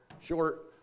short